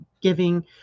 giving